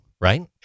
Right